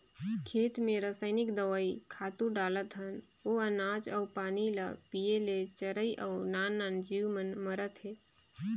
खेत मे रसइनिक दवई, खातू डालत हन ओ अनाज अउ पानी ल पिये ले चरई अउ नान नान जीव मन मरत हे